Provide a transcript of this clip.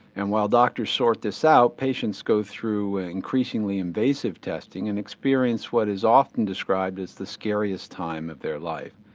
and while doctors sort this out patients go through an ah increasingly invasive testing and experience what is often described as the scariest time of their life.